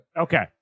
Okay